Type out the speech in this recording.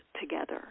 together